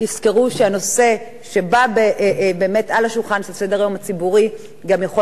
תזכרו שהנושא שבא באמת על השולחן של סדר-היום הציבורי גם יכול